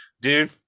dude